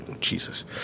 Jesus